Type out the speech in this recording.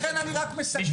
לכן אני רק מסכם.